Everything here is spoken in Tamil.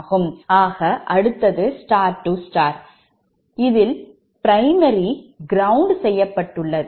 ஆக அடுத்தது star star இல் primary ground செய்யப்பட்டுள்ளது